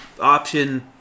option